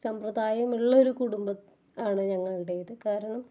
സമ്പ്രദായമള്ളൊരു കുടുംബം ആണ് ഞങ്ങളുടേത് കാരണം